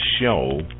show